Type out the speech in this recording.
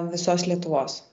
visos lietuvos